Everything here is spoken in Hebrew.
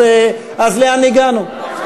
אז לאן הגענו?